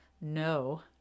no